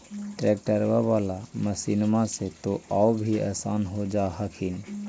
ट्रैक्टरबा बाला मसिन्मा से तो औ भी आसन हो जा हखिन?